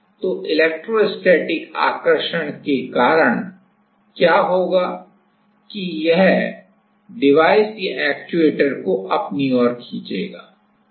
तो इलेक्ट्रोस्टैटिक आकर्षण के कारण क्या होगा कि यह यह डिवाइस या एक्चुएटर को अपनी ओर खींचेगा